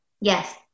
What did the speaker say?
Yes